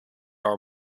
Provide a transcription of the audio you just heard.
are